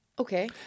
Okay